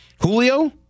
Julio